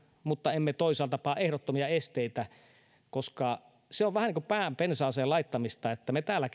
mutta emme toisaalta pane ehdottomia esteitä se on vähän niin kuin pään pensaaseen laittamista että me täällä